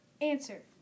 Answer